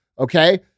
Okay